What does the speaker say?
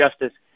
justice